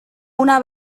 una